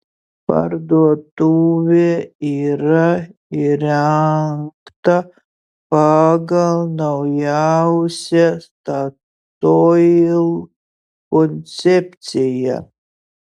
parduotuvė yra įrengta pagal naujausią statoil koncepciją